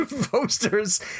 posters